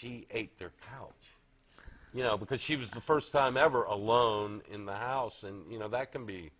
she ate their cow you know because she was the first time ever alone in the house and you know that can be